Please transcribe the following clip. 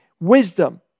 wisdom